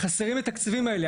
חסרים התקציבים האלה.